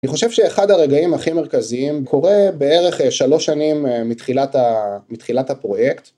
אני חושב שאחד הרגעים הכי מרכזיים קורה בערך שלוש שנים מתחילת הפרויקט.